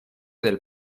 del